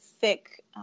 thick